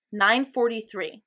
9.43